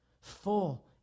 full